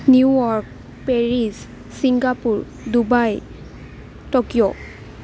New York Paris Singapore Dubai Tokyo